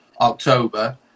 october